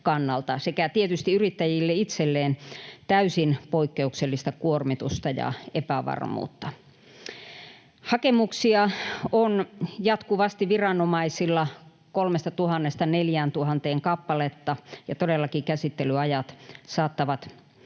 sekä tietysti yrittäjille itselleen täysin poikkeuksellista kuormitusta ja epävarmuutta. Hakemuksia on jatkuvasti viranomaisilla 3 000—4 000 kappaletta, ja todellakin käsittelyajat saattavat venyä